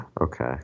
Okay